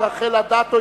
רחל אדטו,